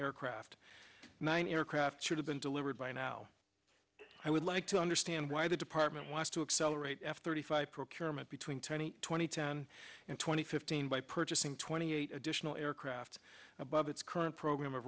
aircraft nine aircraft should have been delivered by now i would like to understand why the department wants to accelerate f thirty five procurement between twenty twenty ten and twenty fifteen by purchasing twenty eight additional aircraft above its current program of